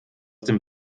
dem